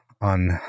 on